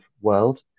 world